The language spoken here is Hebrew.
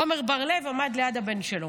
עמר בר-לב עמד ליד הבן שלו.